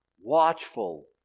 watchful